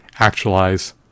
actualize